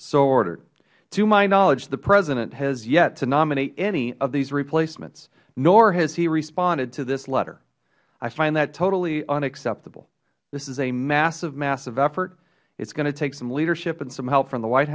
chaffetz to my knowledge the president has yet to nominate any of these replacements nor has he responded to this letter i find that totally unacceptable this is a massive massive effort it is going to take some leadership and some help from the white